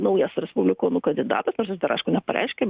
naujas respublikonų kandidatas nors jis dar aišku nepareiškė